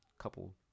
couple